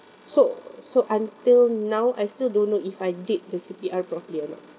so so until now I still don't know if I did the C_P_R properly or not